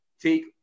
take